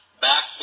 Back